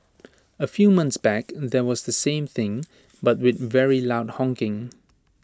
A few months back there was the same thing but with very loud honking